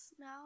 now